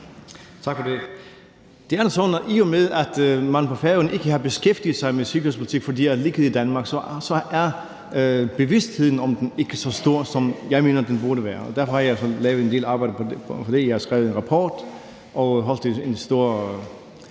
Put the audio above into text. sådan, at i og med at man på Færøerne ikke har beskæftiget sig med sikkerhedspolitik, fordi det har ligget i Danmark, er bevidstheden om den ikke så stor, som jeg mener den burde være. Derfor har jeg lavet en del arbejde på det område, og jeg har skrevet en rapport og også holdt et stort